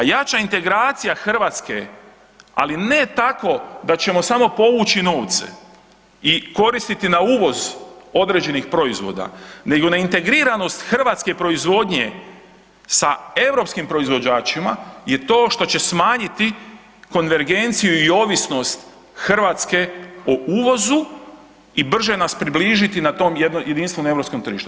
Pa jača integracija Hrvatske ali ne tako da ćemo samo povući novce i koristiti na uvoz određenih proizvoda, nego na integriranost hrvatske proizvodnje sa europskim proizvođačima je to što će smanjiti konvergenciju i ovisnost Hrvatske o uvozu i brže nas približiti na tom jednom jedinstvenom europskom tržištu.